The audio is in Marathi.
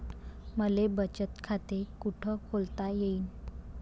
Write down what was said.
मले बचत खाते कुठ खोलता येईन?